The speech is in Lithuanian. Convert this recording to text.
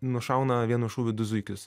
nušauna vienu šūviu du zuikius